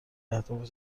اهداف